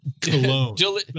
cologne